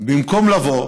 במקום לבוא,